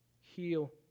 Heal